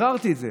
ביררתי את זה.